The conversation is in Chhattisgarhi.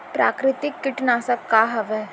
प्राकृतिक कीटनाशक का हवे?